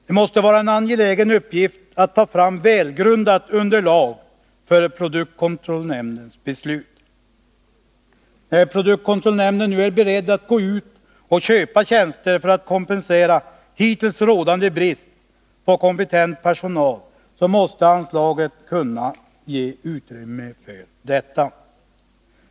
Det måste vara en angelägen uppgift att ta fram välgrundat underlag för produktkontrollnämndens beslut. När produktkontrollnämnden nu är beredd att gå ut och köpa tjänster för att kompensera hittills rådande brist på kompetent personal, så måste anslaget kunna ge utrymme för detta.